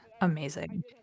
Amazing